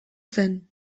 zen